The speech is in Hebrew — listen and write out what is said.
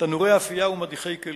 תנורי אפייה ומדיחי כלים.